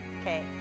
Okay